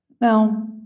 Now